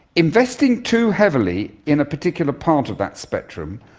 investing too heavily in a particular part of that spectrum,